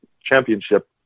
Championship